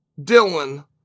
Dylan